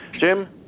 Jim